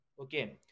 okay